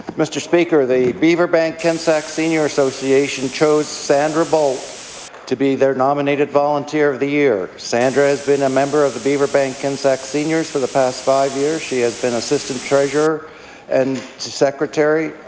mr. speaker, the and so senior association chose sandra bolt to be their nominated volunteer of the year. sandra has been a member of the beaverbank and so like seniors for the past five years. she has been assistant treasurer and secretary.